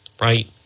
Right